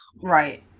Right